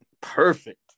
Perfect